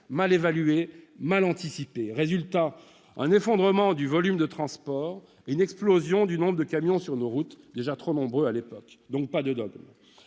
mal évaluée, mal anticipée. Résultat : un effondrement du volume de transport et une explosion du nombre de camions sur nos routes, déjà trop nombreux à l'époque. Pas de dogme,